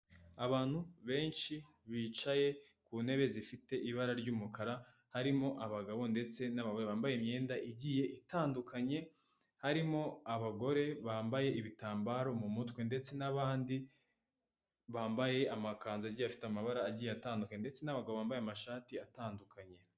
Abantu benshi bicaye ku ntebe zifite ibara ry'umukara harimo abagabo ndetse n'abagore bambaye imyenda igiye itandukanye, harimo abagore bambaye ibitambaro mu mutwe ndetse n'abandi bambaye amakanzu agiye afite amabara agiye atandukanye ndetse n'abagabo bambaye amashati atandukanye.